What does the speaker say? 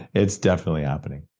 it's definitely happening.